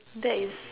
that is